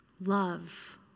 love